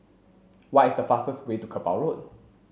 why is the fastest way to Kerbau Road